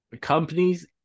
companies